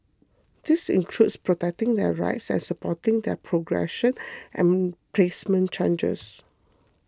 this includes protecting their rights and supporting their progression and placement chances